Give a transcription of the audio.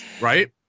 Right